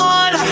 on